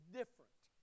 different